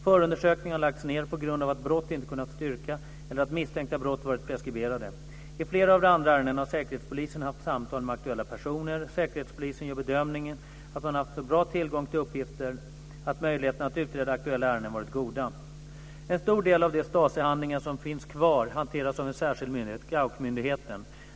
Förundersökningarna har lagts ned på grund av att brott inte kunnat styrkas eller att misstänkta brott varit preskriberade. I flera av de andra ärendena har Säkerhetspolisen haft samtal med aktuella personer. Säkerhetspolisen gör bedömningen att man haft en så bra tillgång till uppgifter att möjligheterna att utreda aktuella ärenden varit goda. En stor del av de STASI-handlingar som finns kvar hanteras av en särskild myndighet, Gauckmyndigheten.